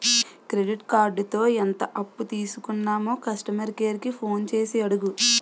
credit కార్డుతో ఎంత అప్పు తీసుకున్నామో కస్టమర్ కేర్ కి ఫోన్ చేసి అడుగు